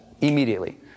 immediately